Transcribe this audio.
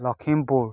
Lakhimpur